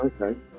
Okay